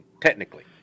technically